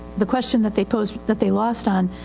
the question that they pose, that they lost on,